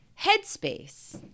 headspace